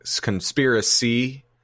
conspiracy